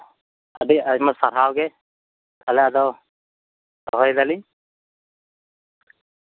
ᱠᱟᱛᱷᱟᱜᱮ ᱛᱟᱦᱚᱞᱮ ᱟᱹᱰᱤ ᱟᱭᱢᱟᱜᱮ ᱥᱟᱨᱦᱟᱣ ᱜᱮ ᱛᱟᱦᱚᱞᱮ ᱟᱫᱚ ᱫᱚᱦᱚᱭ ᱫᱟᱞᱤᱧ